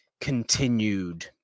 continued